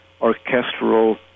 orchestral